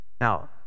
Now